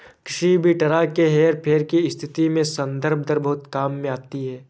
किसी भी तरह के हेरफेर की स्थिति में संदर्भ दर बहुत काम में आती है